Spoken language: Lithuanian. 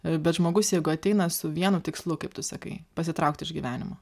bet žmogus jeigu ateina su vienu tikslu kaip tu sakai pasitraukt iš gyvenimo